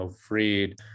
freed